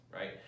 right